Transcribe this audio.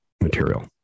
material